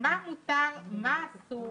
מה מותר ומה אסור